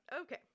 Okay